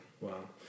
Wow